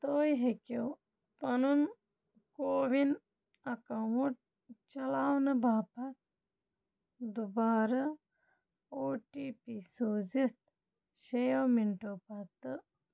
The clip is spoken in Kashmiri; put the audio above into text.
تُہۍ ہیٚکِو پنُن کووِن اکاؤنٹ چلاونہٕ باپتھ دُبارٕ او ٹی پی سوٗزِتھ شیٚیو منٹو پتہٕ